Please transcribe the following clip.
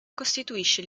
costituisce